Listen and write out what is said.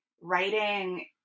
writing